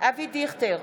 אבי דיכטר,